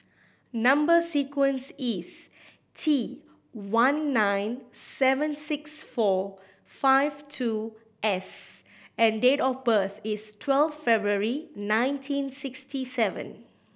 number sequence is T one nine seven six four five two S and date of birth is twelve February nineteen sixty seven